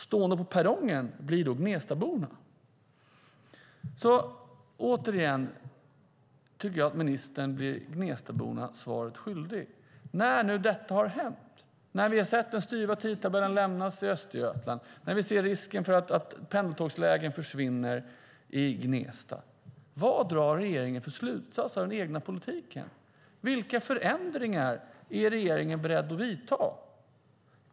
Stående på perrongen blir då Gnestaborna. Återigen tycker jag att ministern blir Gnestaborna svaret skyldig. När nu detta har hänt, när vi har sett den styva tidtabellen lämnas i Östergötland och när vi ser risken för att pendeltågslägen försvinner i Gnesta - vad drar då regeringen för slutsats av den egna politiken? Vilka förändringar är regeringen beredd att göra?